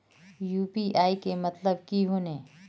UPI के मतलब की होने?